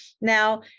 Now